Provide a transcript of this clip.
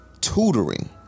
tutoring